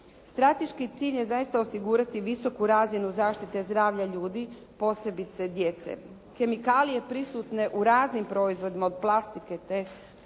Strateški cilj je zaista osigurati visoku razinu zaštite zdravlja ljudi, posebice djece. Kemikalije prisutne u raznim proizvodima od plastike te